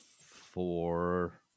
four